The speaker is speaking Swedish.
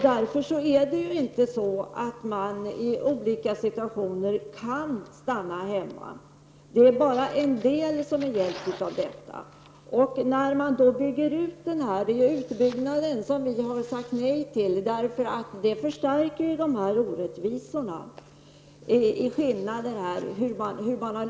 Därför har inte alla småbarnsföräldrar i alla situationer möjlighet att stanna hemma. Det är bara en del som är hjälpta av detta. Vi moderater har sagt nej till utbyggnad av föräldraförsäkringen, eftersom orättvisorna förstärks i och med denna utbyggnad.